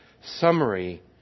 summary